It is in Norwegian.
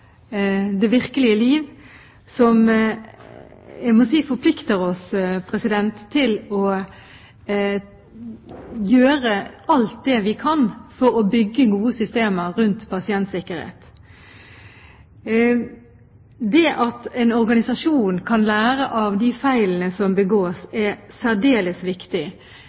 det virkelige liv som – jeg må si – forplikter oss til å gjøre alt det vi kan for å bygge gode systemer rundt pasientsikkerhet. Det at en organisasjon kan lære av de feilene som begås, er særdeles viktig.